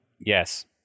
Yes